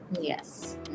Yes